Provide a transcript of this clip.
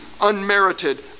unmerited